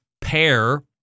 pair